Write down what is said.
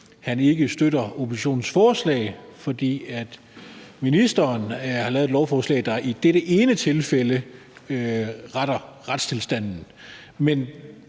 han ikke støtter oppositionens forslag, fordi ministeren har lavet et lovforslag, der i dette ene tilfælde retter retstilstanden.